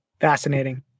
Fascinating